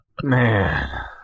Man